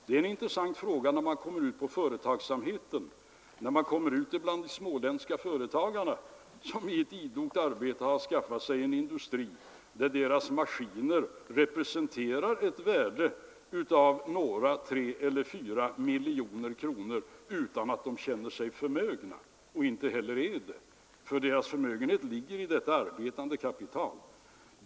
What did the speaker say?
Det är en intressant fråga när det gäller låt oss säga de småländska företagarna, som genom idogt arbete har skaffat sig en industri där deras maskiner representerar ett värde av 2, 3 eller 4 miljoner kronor utan att företagarna därför känner sig förmögna — och inte heller är det, eftersom deras förmögenhet ligger i detta arbetande kapital.